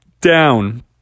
down